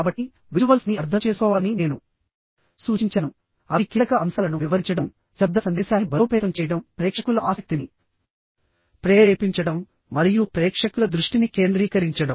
కాబట్టి విజువల్స్ యొక్క ఉద్దేశ్యాన్ని మొదట స్పష్టంగా అర్థం చేసుకోవాలని నేను సూచించానుఅవి కీలక అంశాలను వివరించడం శబ్ద సందేశాన్ని బలోపేతం చేయడంప్రేక్షకుల ఆసక్తిని ప్రేరేపించడం మరియు ప్రేక్షకుల దృష్టిని కేంద్రీకరించడం